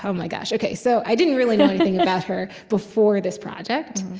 um my gosh. ok, so i didn't really know anything about her before this project,